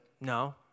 no